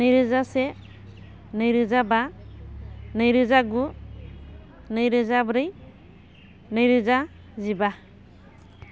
नैरोजा से नैरोजा बा नैरोजा गु नैरोजा ब्रै नैरोजा जिबा